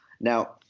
Now